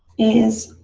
is